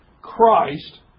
Christ